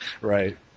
right